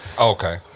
Okay